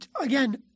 again